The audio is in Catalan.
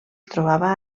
trobava